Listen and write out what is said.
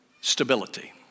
stability